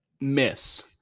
Miss